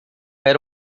era